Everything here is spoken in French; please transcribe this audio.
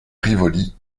rivoli